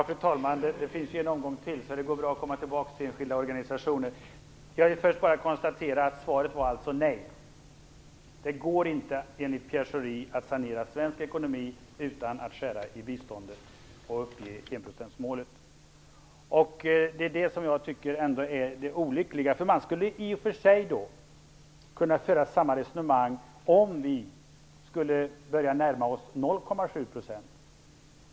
Fru talman! Det finns ju en omgång till, så det går bra för statsrådet att komma tillbaka till frågan om de enskilda organisationerna. Jag konstaterar att svaret på min fråga alltså var nej. Det går enligt Pierre Schori inte att sanera svensk ekonomi utan att skära i biståndet och uppge enprocentsmålet. Jag tycker att detta är olyckligt. Man skulle i och för sig kunna föra samma resonemang om vi började närma oss 0,7 %.